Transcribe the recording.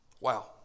Wow